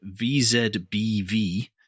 VZBV